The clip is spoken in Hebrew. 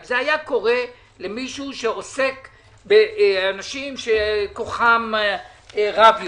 אם זה היה קורה למישהו שהיה עוסק באנשים שכולם רב יותר,